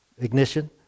ignition